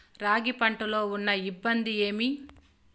రాగి పంటలో ఉన్న ఇబ్బంది ఏమి?